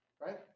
right